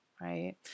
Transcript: right